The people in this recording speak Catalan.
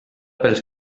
pels